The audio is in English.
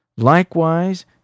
Likewise